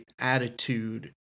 attitude